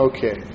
Okay